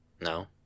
No